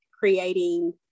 creating